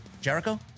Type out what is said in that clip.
Jericho